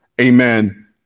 amen